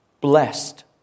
blessed